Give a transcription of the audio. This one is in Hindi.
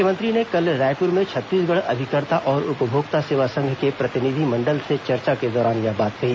मुख्यमंत्री ने कल रायपुर में छत्तीसगढ़ अभिकर्ता और उपभोक्ता सेवा संघ के प्रतिनिधि मंडल से चर्चा के दौरान यह बात कही